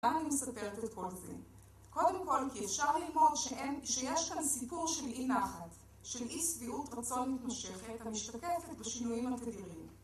למה אני מספרת את כל זה? קודם כל כי אפשר ללמוד שיש כאן סיפור של אי נחת, של אי שביעות רצון מתמשכת המשתקפת בשינויים התדירים.